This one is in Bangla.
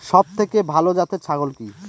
সবথেকে ভালো জাতের ছাগল কি?